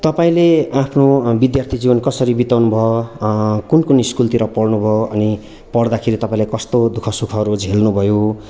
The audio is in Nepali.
तपाईँले आफ्नो विद्यार्थी जिवन कसरी बिताउनु भयो कुन कुन स्कुलतिर पढ्नु भयो अनि पढ्दाखेरि तपाईँले कस्तो दु ख सुखहरू झेल्नु भयो